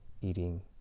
eating